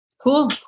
Cool